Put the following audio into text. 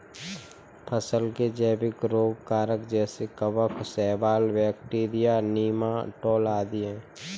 फसल के जैविक रोग कारक जैसे कवक, शैवाल, बैक्टीरिया, नीमाटोड आदि है